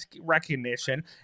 recognition